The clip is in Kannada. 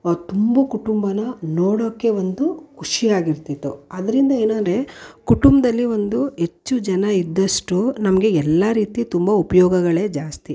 ಆ ತುಂಬು ಕುಟುಂಬನ ನೋಡೋಕೆ ಒಂದು ಖುಷಿಯಾಗಿರ್ತಿತ್ತು ಅದರಿಂದ ಏನೆಂದರೆ ಕುಟುಂಬದಲ್ಲಿ ಒಂದು ಹೆಚ್ಚು ಜನ ಇದ್ದಷ್ಟು ನಮಗೆ ಎಲ್ಲ ರೀತಿ ತುಂಬ ಉಪಯೋಗಗಳೇ ಜಾಸ್ತಿ